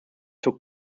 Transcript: took